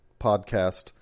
podcast